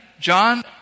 John